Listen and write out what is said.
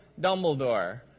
Dumbledore